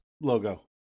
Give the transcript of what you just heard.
logo